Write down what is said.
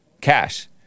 Cash